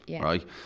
right